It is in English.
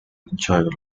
enjoyed